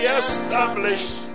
established